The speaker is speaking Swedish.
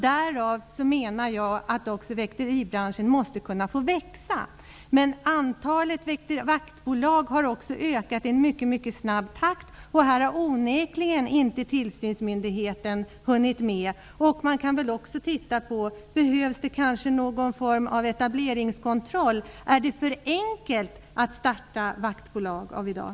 Därmed menar jag att väkteribranschen måste ges möjlighet att växa. Antalet vaktbolag har också ökat i en mycket snabb takt, och här har onekligen inte tillsynsmyndigheten hunnit med. Man kan också se över om någon form av etableringskontroll kanske behövs. Är det för enkelt att starta vaktbolag i dag?